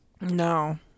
No